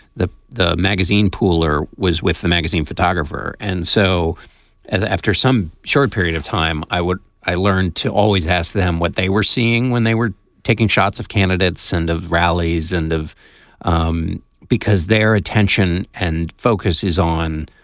the the magazine pooler was with the magazine photographer. and so after some short period of time, i would i learned to always ask them what they were seeing when they were taking shots of candidates and of rallies and of um because their attention and focus is on.